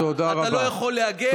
אתה לא יכול להגן.